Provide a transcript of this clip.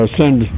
send